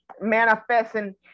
manifesting